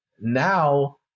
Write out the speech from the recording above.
now